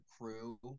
crew